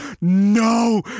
no